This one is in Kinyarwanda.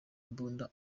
imbunda